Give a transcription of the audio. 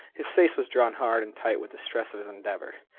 his face was drawn hard and tight with the stress of his endeavor.